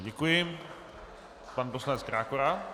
Děkuji, pan poslanec Krákora.